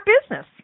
business